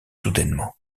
soudainement